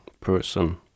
person